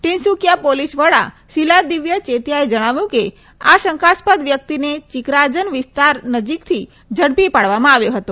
Tinsukia police વડા શિલાદિવ્ય ચેતિયાએ જણાવ્યું હતું કે આ શંકાસ્પદ વ્યક્તિને ચિકરાજન વિસ્તાર નજીકથી ઝડપી પાડવામાં આવ્યો હતો